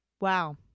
Wow